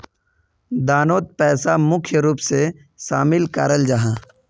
दानोत पैसा मुख्य रूप से शामिल कराल जाहा